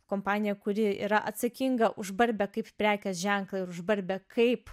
kompanija kuri yra atsakinga už barbę kaip prekės ženklą ir už barbę kaip